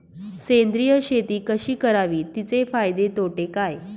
सेंद्रिय शेती कशी करावी? तिचे फायदे तोटे काय?